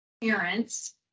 parents